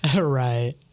right